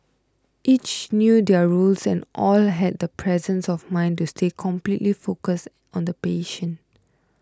each knew their roles and all had the presence of mind to stay completely focused on the patient